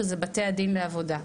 שזה בתי הדין לעבודה.